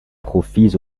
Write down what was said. profits